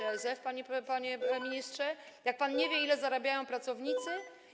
ASF, panie ministrze, jak pan nie wie, ile zarabiają pracownicy?